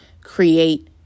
create